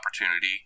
opportunity